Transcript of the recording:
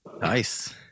nice